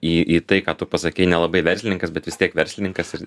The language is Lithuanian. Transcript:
į į tai ką tu pasakei nelabai verslininkas bet vis tiek verslininkas ir